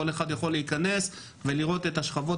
כל אחד יכול להיכנס ולראות את השכבות